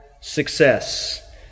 success